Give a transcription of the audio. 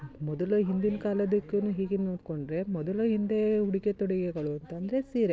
ಮೊದಲು ಹಿಂದಿನ ಕಾಲದಕ್ಕೂ ಹೀಗೆ ನೋಡಿಕೊಂಡ್ರೆ ಮೊದಲು ಹಿಂದೆ ಉಡುಗೆ ತೊಡುಗೆಗಳು ಅಂತಂದರೆ ಸೀರೆ